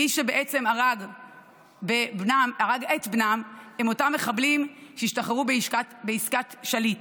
מי שבעצם הרג את בנם הם אותם מחבלים שהשתחררו בעסקת שליט.